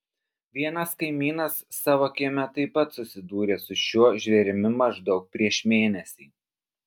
vienas kaimynas savo kieme taip pat susidūrė su šiuo žvėrimi maždaug prieš mėnesį